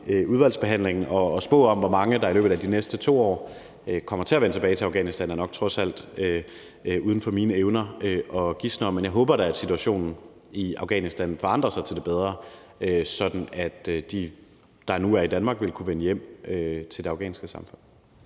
udvalgsbehandlingen. At spå om, hvor mange der i løbet de næste 2 år kommer til at vende tilbage til Afghanistan, er nok trods alt uden for mine evner, men jeg håber da, at situationen i Afghanistan forandrer sig til det bedre, sådan at de, der nu er i Danmark, vil kunne vende hjem til det afghanske samfund.